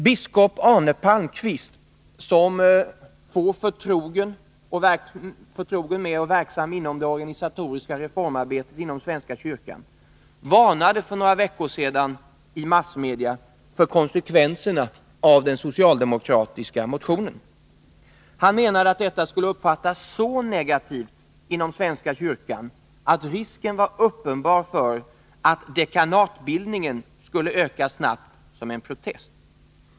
Biskop Arne Palmqvist, som få förtrogen med och verksam inom det organisatoriska reformarbetet inom svenska kyrkan, varnade för några veckor sedan i massmedia för konsekvenserna av den socialdemokratiska motionen. Han menade att detta skulle uppfattas så negativt inom kyrkan att risken var uppenbar att dekanatbildningen skulle öka snabbt som en protest.